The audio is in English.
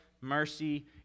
mercy